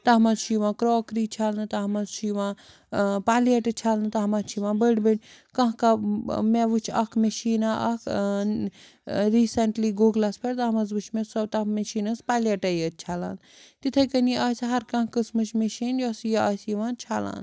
تَتھ منٛز چھُ یِوان کرٛاکری چھَلنہٕ تَتھ منٛز چھُ یِوان پَلیٹہٕ چھَلنہٕ تَتھ منٛز چھِ یِوان بٔڑۍ بٔڑۍ کانٛہہ کانٛہہ مےٚ وٕچھ اَکھ مِشیٖنا اَکھ ریٖس۪نٛٹلی گوٗگلَس پٮ۪ٹھ تَتھ منٛز وٕچھ مےٚ سۄ تَتھ مِشیٖن ٲس پَلیٹَے یٲتۍ چھَلان تِتھَے کٔنی آسہِ ہر کانٛہہ قٕسمٕچ مِشیٖن یۄس یہِ آسہِ یِوان چھَلان